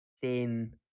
thin